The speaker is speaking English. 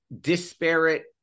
disparate